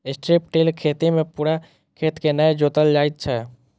strip till खेती मे पूरा खेत के नै जोतल जाइत छै